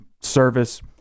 service